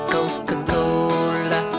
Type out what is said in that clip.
Coca-Cola